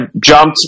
jumped